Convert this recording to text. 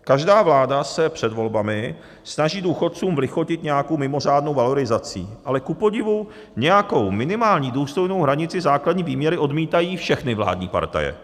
Každá vláda se před volbami snaží důchodcům vlichotit nějakou mimořádnou valorizací, ale kupodivu nějakou minimální důstojnou hranici základní výměry odmítají všechny vládní partaje.